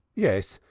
yes,